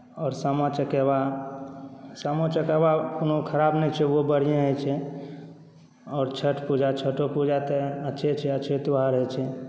आओर सामा चकेवा सामो चकेवा कोनो खराब नहि छै ओहो बढ़िए होइ छै आओर छठि पूजा छइठो पूजा तऽ अच्छे छै अच्छे त्योहार होइ छै